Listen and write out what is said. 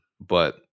But-